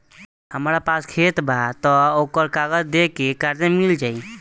हमरा पास खेत बा त ओकर कागज दे के कर्जा मिल जाई?